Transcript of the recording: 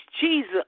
Jesus